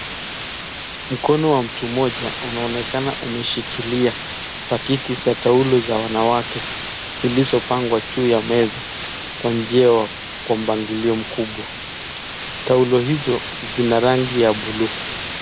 Mkono wa mtu mmoja unaonekana umeshikilia pakiti za taulo za wanawake, zilizopangwa juu ya meza kwa njia kwa mpangilio mkubwa. Taulo hizo, zina rangi ya buluu.